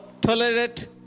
tolerate